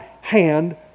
hand